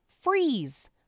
freeze